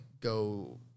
go